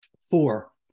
Four